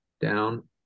down